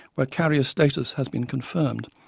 where carrier status has been confirmed,